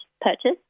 purchase